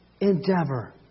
endeavor